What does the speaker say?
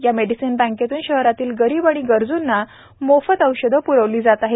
या मेडिसिन बँकेतून शहरातील गरीब आणि गरजू रुग्णांना मोफत औषधे पूरवली जात आहेत